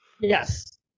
Yes